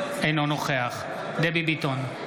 אינו נוכח דבי ביטון,